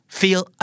feel